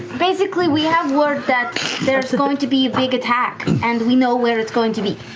basically, we have word that there's going to be a big attack and we know where it's going to be.